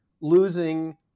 losing